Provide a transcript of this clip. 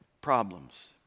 problems